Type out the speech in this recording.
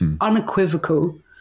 unequivocal